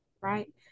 right